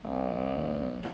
err